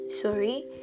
sorry